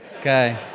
Okay